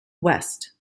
west